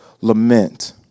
lament